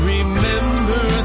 Remember